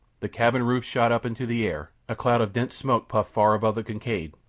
the cabin roof shot up into the air, a cloud of dense smoke puffed far above the kincaid,